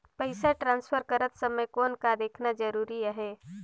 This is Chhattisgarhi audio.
पइसा ट्रांसफर करत समय कौन का देखना ज़रूरी आहे?